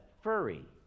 furry